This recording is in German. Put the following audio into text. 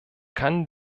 kann